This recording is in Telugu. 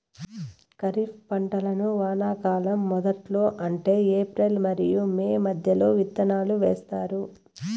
ఖరీఫ్ పంటలను వానాకాలం మొదట్లో అంటే ఏప్రిల్ మరియు మే మధ్యలో విత్తనాలు వేస్తారు